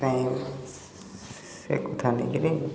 କାହିଁ ସେ କଥା ନେଇ କିରି